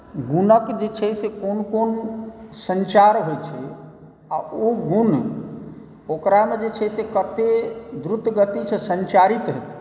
गुणक जे छै से कोन कोन सञ्चार होइ छै आ गुण ओकरामे जे छै से कते ध्रुतगति से सञ्चरित हेतै